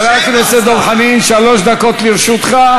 חבר הכנסת דב חנין, שלוש דקות לרשותך.